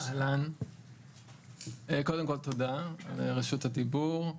תודה רבה.